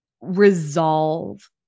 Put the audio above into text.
resolve